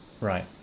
Right